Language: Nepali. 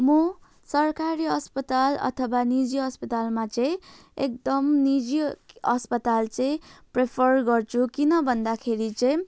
म सरकारी अस्पताल अथवा निजी अस्पतालमा चाहिँ एकदम निजी अस्पताल चाहिँ प्रिफर गर्छु किन भन्दाखेरि चाहिँ